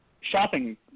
shopping